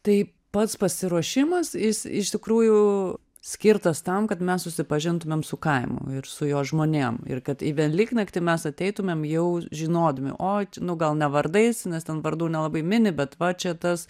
tai pats pasiruošimas jis iš tikrųjų skirtas tam kad mes susipažintumėm su kaimu ir su jo žmonėm ir kad į velyknaktį mes ateitumėm jau žinodami oi čia nu gal ne vardais nes ten vardu nelabai mini bet va čia tas